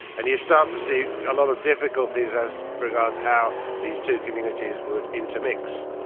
and you start to see a lot of difficulties as regards how these two communities would intermix.